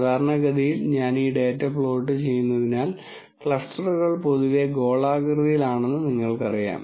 സാധാരണഗതിയിൽ ഞാൻ ഈ ഡാറ്റ പ്ലോട്ട് ചെയ്യുന്നതിനാൽ ക്ലസ്റ്ററുകൾ പൊതുവെ ഗോളാകൃതിയിലാണെന്ന് നിങ്ങൾക്കറിയാം